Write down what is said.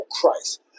Christ